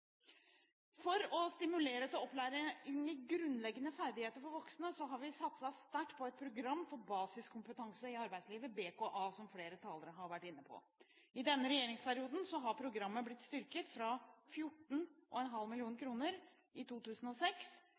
For å stimulere til opplæring i grunnleggende ferdigheter for voksne har vi satset sterkt på Program for basiskompetanse i arbeidslivet – BKA – som flere talere har vært inne på. I denne regjeringsperioden har programmet blitt styrket fra 14,5 mill. kr i 2006